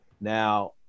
now